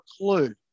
clue